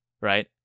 right